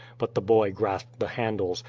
but the boy grasped the handles,